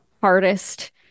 hardest